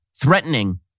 threatening